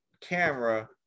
camera